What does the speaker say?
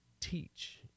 teach